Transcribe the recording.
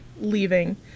leaving